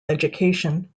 education